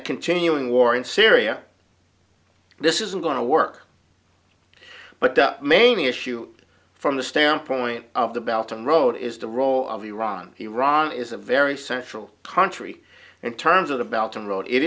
a continuing war in syria this isn't going to work but the main issue from the standpoint of the belt and road is the role of iran iran is a very central country in terms of the